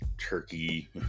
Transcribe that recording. Turkey